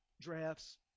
drafts